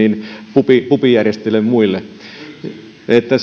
pubijärjestäjille ja muille niin että